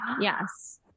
Yes